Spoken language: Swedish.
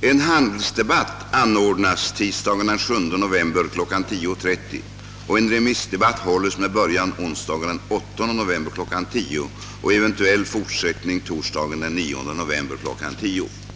En handelsdebatt anordnas tisdagen den 7 november kl. 10.30 och en remissdebatt hålles med början onsdagen den 8 november kl. 10.00 och eventuell fortsättning torsdagen den 9 november kl. 10.00.